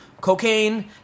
cocaine